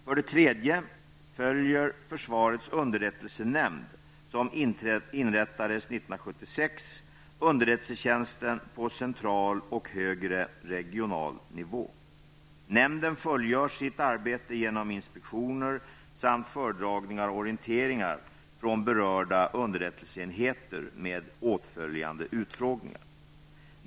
För det tredje följer försvarets underrättelsenämnd -- som inrättades 1976 -- underrättelsetjänsten på central och högre regional nivå. Nämnden fullgör sitt arbete genom inspektioner samt föredragningar och orienteringar från berörda underrättelseenheter med åtföljande utfrågningar.